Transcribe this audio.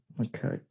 Okay